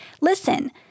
listen